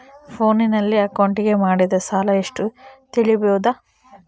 ಫೋನಿನಲ್ಲಿ ಅಕೌಂಟಿಗೆ ಮಾಡಿದ ಸಾಲ ಎಷ್ಟು ತಿಳೇಬೋದ?